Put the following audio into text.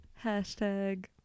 Hashtag